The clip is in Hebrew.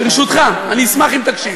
ברשותך, אני אשמח אם תקשיב.